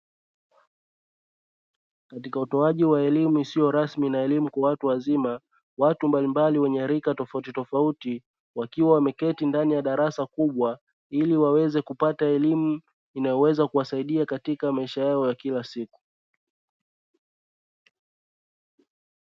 Katika utoaji wa elimu isiyorasmi na elimu kwa watu wazima, watu mbalimbali wenye rika tofautitofauti, wakiwa wameketi ndani ya darasa kubwa iliwaweze kupata elimu inayoweza kuwasaidia katika maisha yao ya kila siku